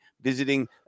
visiting